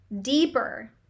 deeper